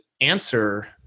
answer